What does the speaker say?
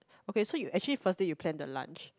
okay so you actually first day you plan the lunch